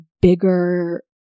bigger